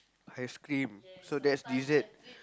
ice cream so that's dessert